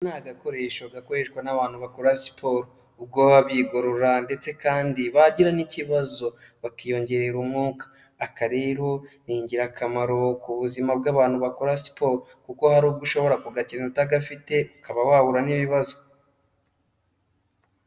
Aka ni agakoresho gakoreshwa n'abantu bakora siporo, ubwo baba bigorora ndetse kandi bagira n'ikibazo bakiyongerera umwuka, aka rero ni ingirakamaro ku buzima bw'abantu bakora siporo kuko hari ubwo ushobora kugakina utagafite ukaba wahura n'ibibazo.